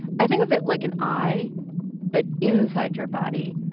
i think of it like an eye but inside your body,